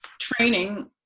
training